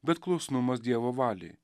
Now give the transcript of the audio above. bet klusnumas dievo valiai